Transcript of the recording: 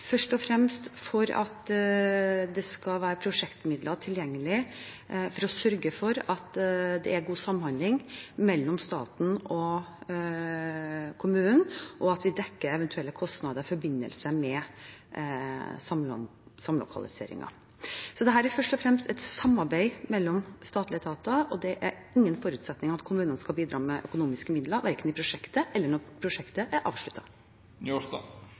at det skal være prosjektmidler tilgjengelig for å sørge for at det er god samhandling mellom staten og kommunene, og at vi dekker eventuelle kostnader i forbindelse med samlokaliseringen. Dette er først og fremst et samarbeid mellom statlige etater, og det er ingen forutsetning at kommunene skal bidra med økonomiske midler, verken i prosjektet eller når prosjektet er